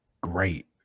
great